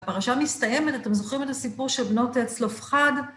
הפרשה מסתיימת, אתם זוכרים את הסיפור של בנות צלופחד?